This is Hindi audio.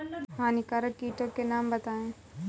हानिकारक कीटों के नाम बताएँ?